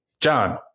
John